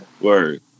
Word